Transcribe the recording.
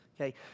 okay